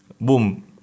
Boom